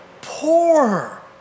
poor